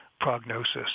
prognosis